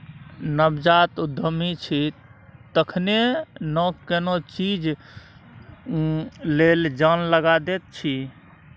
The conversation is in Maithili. नवजात उद्यमी छी तखने न कोनो चीज लेल जान लगा दैत छी